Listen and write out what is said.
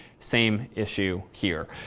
same issue here.